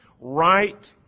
right